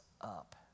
up